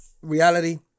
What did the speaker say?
reality